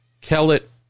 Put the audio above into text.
Kellett